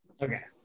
Okay